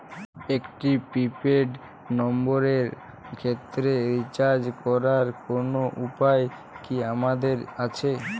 একটি prepaid নম্বরের ক্ষেত্রে রিচার্জ করার কোনো উপায় কি আমাদের আছে?